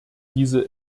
diese